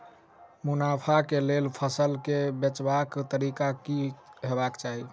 मुनाफा केँ लेल फसल केँ बेचबाक तरीका की हेबाक चाहि?